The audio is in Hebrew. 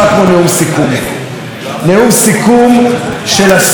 נאום סיכום של עשור מבוזבז,